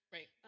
Right